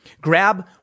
grab